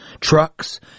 trucks